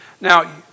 Now